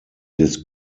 des